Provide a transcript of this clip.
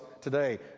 today